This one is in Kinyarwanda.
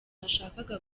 nashakaga